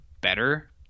better